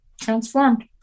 transformed